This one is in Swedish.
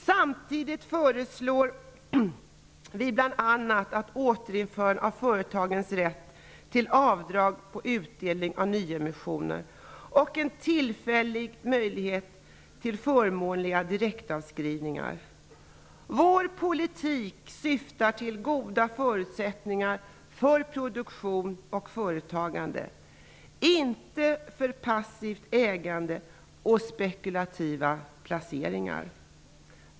Samtidigt föreslår vi bl.a. återinförande av företagens rätt till avdrag på utdelning av nyemissioner och en tillfällig möjlighet till förmånliga direktavskrivningar. Vår politik syftar till goda förutsättningar för produktion och företagande, inte för passivt ägande och spekulativa placeringar.